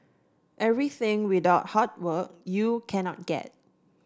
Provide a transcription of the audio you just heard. everything without hard work you cannot get